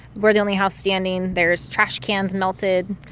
we're the only house standing. there's trash cans melted.